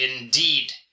indeed